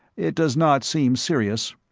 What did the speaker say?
it does not seem serious.